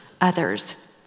others